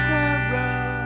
Sarah